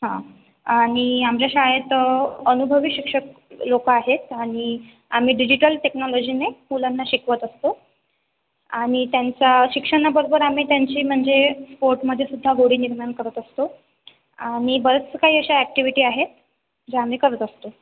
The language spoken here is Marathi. हा आणी आमच्या शाळेत अनुभवी शिक्षक लोक आहेत आणी आम्ही डिजिटल टेक्नॉलॉजीने मुलांना शिकवत असतो आणी त्यांच्या शिक्षणा बद्दल आम्ही त्यांची म्हणजे स्पोर्टस् मध्ये सुद्धा गोडी निर्माण करत असतो आणी बऱ्याच च्या काही अश्या ॲक्टिव्हिटी आहेत जे आम्ही करत असतो